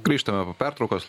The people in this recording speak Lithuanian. grįžtame po pertraukos